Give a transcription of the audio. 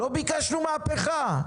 לא ביקשנו מהפכה.